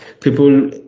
people